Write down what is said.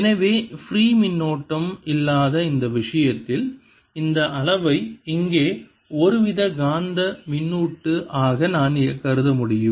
எனவே ஃப்ரீ மின்னோட்டம் இல்லாத இந்த விஷயத்தில் இந்த அளவை இங்கே ஒருவித காந்தக் மின்னூட்டு ஆக நான் கருத முடியும்